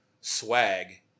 swag